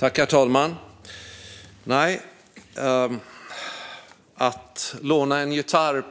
Herr talman! Möjligheten att låna en gitarr,